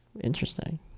interesting